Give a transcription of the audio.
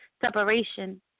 separation